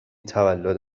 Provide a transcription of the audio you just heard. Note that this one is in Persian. تولد